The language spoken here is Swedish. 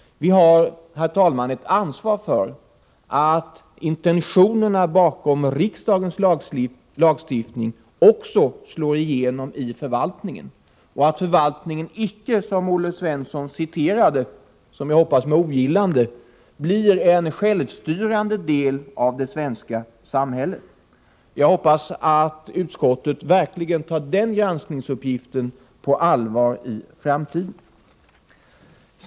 Vi har, herr talman, ett ansvar för att intentionerna bakom riksdagens lagstiftning också slår igenom i förvaltningen och att förvaltningen icke, som Olle Svensson citerade och då förhoppningsvis med ogillande, blir en självstyrande del av det svenska samhället. Jag hoppas att utskottet verkligen tar denna granskningsuppgift på allvar i framtiden.